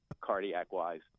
cardiac-wise